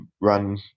run